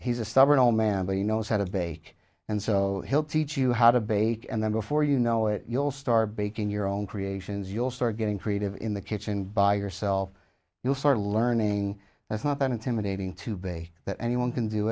he's a stubborn old man but he knows how to bake and so he'll teach you how to bake and then before you know it you'll start baking your own creations you'll start getting creative in the kitchen by yourself you'll start learning it's not that intimidating to bay that anyone can do